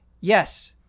yes